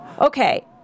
Okay